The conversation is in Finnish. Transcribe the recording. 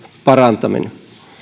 parantaminen